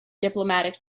diplomatic